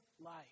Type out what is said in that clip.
life